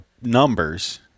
numbers